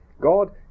God